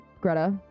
Greta